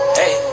hey